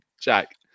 Jack